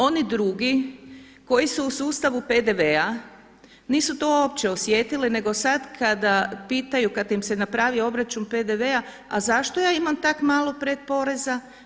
Oni drugi koji su u sustavu PDV-a nisu to uopće osjetili nego sada kada pitaju kada im se napravi obračun PDV-a, a zašto ja imam tak malo predporeza.